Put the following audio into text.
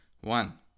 one